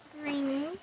Green